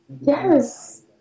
yes